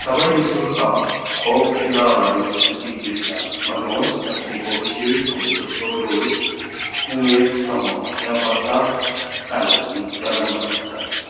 सबै नि शुल्क खोप केन्द्रहरू सूचीबद्ध गर्नुहोस् जसले कोभिसिल्डको दोस्रो डोज उमेर समूह अठार वर्षका लागि प्रदान गर्दछ